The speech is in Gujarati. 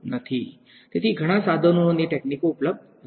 તેથી ઘણા સાધનો અને તકનીકો ઉપલબ્ધ હતા